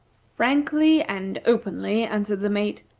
frankly and openly, answered the mate,